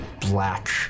black